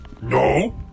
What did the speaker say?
No